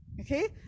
Okay